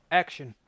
action